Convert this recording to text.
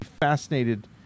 fascinated